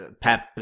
pep